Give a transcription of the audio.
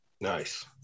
Nice